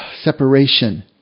separation